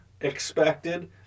expected